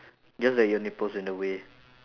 just that your nipples' in the way